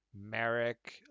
Merrick